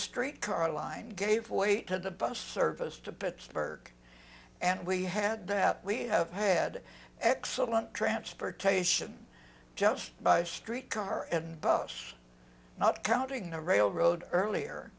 street car line gave way to the bus service to pittsburgh and we had that we have had excellent transportation just by street car and bus not counting the railroad earlier